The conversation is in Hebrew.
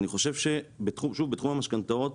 אני חושב שבתחום מהמשכנתאות